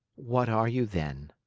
what are you, then?